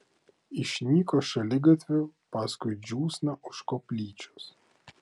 išnyko šaligatviu paskui džiūsną už koplyčios